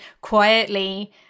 quietly